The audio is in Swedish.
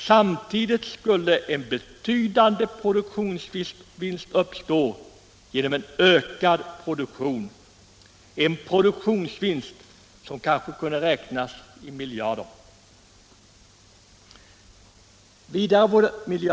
Samtidigt skulle en betydande produktionsvinst uppstå, som kanske kunde räknas i miljarder kronor.